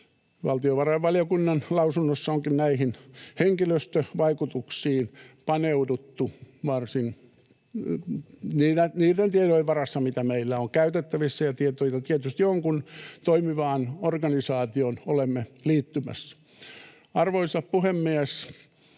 Valtiovarainvaliokunnan lausunnossa onkin näihin henkilöstövaikutuksiin paneuduttu niiden tietojen varassa, mitä meillä on käytettävissä — ja tietysti on, kun toimivaan organisaation olemme liittymässä. Arvoisa puhemies!